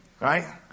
right